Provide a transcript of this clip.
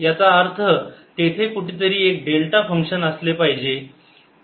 याचा अर्थ तेथे कुठेतरी एक डेल्टा फंक्शन असले पाहिजे